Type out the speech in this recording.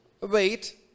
wait